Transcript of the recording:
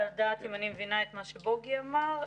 לדעת אם אני מבינה את מה שבוגי אמר.